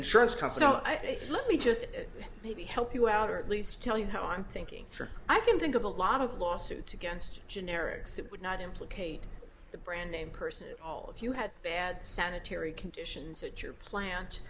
insurance costs so i say let me just maybe help you out or at least tell you how i'm thinking i can think of a lot of lawsuits against generics that would not implicate the brand name person at all if you had bad sanitary conditions at your plant